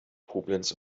koblenz